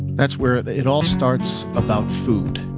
that's where it it all starts about food.